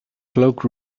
cloak